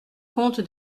compte